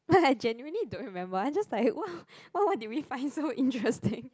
what I generally don't remember I just like !wah! what what did we find so interesting